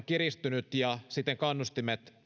kiristynyt ja siten kannustimet